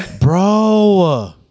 Bro